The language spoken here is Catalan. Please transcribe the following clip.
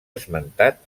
esmentat